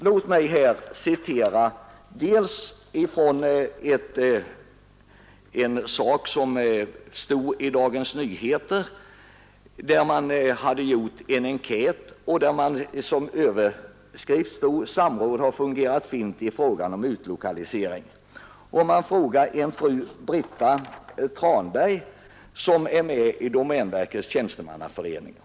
Låt mig här citera ur en tidningsartikel, baserad på en enkät och med överskriften: ”Samråd har fungerat fint i frågan om utlokalisering”. Man intervjuar en fru Britta Tranberg, som är med i domänverkets tjänstemannaförening.